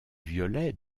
violet